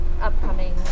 upcoming